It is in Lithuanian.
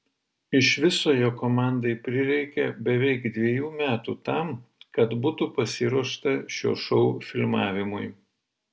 iš viso jo komandai prireikė beveik dviejų metų tam kad būtų pasiruošta šio šou filmavimui